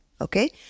Okay